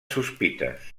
sospites